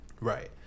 Right